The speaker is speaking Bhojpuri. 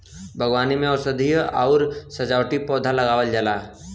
बागवानी में औषधीय आउर सजावटी पौधा लगावल जाला